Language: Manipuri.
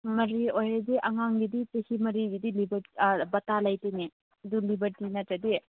ꯃꯔꯤ ꯑꯣꯏꯔꯗꯤ ꯑꯉꯥꯡꯒꯤꯗꯤ ꯆꯍꯤ ꯃꯔꯤꯒꯤꯗꯤ ꯕꯥꯇꯥ ꯂꯩꯇꯦꯅꯦ ꯑꯗꯨ ꯂꯤꯕꯔꯇꯤ ꯅꯠꯇ꯭ꯔꯗꯤ